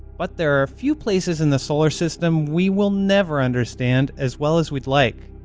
but there are a few places in the solar system we will never understand as well as we'd like.